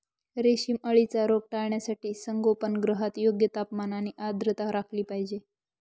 रेशीम अळीचा रोग टाळण्यासाठी संगोपनगृहात योग्य तापमान आणि आर्द्रता राखली पाहिजे